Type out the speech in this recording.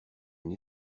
une